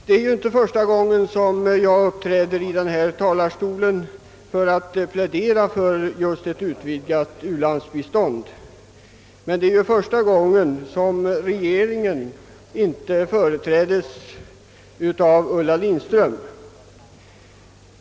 Det är inte första gången jag uppträder i denna talarstol för att plädera för utvidgat u-landsbistånd, men det är första gången som regeringen inte företräds av Ulla Lindström.